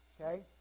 okay